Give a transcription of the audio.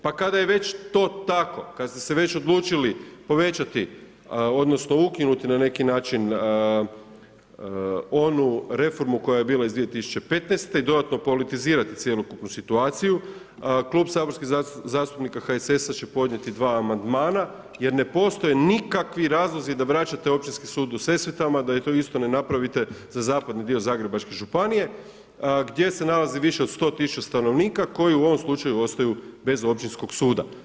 Pa kada je već to tako, kad ste se već odlučili povećati odnosno ukinuti na neki način onu reformu koja je bila iz 2015. i dodatno politizirati cjelokupnu situaciju, Klub saborskih zastupnika HSS-a će podnijeti dva amandmana jer ne postoje nikakvi razlozi da vračate Općinski sud u Sesvetama, da to isto ne napravite i za zapadni dio Zagrebačke županije gdje se nalazi više od 100 tisuća stanovnika koji u ovom slučaju ostaju bez Općinskog suda.